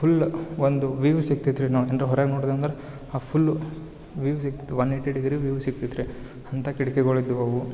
full ಒಂದು view ಸಿಗ್ತದ್ರಿ ನಾವು ಏನ್ರ ಹೊರಗೆ ನೋಡೋದಂದ್ರೆ ಆ ಫುಲ್ ವೀವ್ ಸಿಗ್ತದೆ ಒನ್ ಎಟಿ ಡಿಗ್ರಿ ವೀವ್ ಸಿಗ್ತದ್ರಿ ಅಂಥ ಕಿಟಕಿಗಳು ಇದ್ವವು